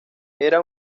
era